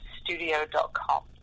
studio.com